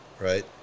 right